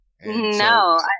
No